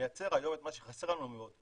לייצר היום את מה שחסר לנו מאוד,